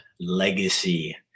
legacy